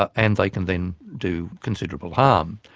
ah and they can then do considerable harm.